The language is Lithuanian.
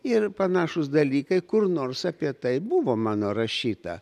ir panašūs dalykai kur nors apie tai buvo mano rašyta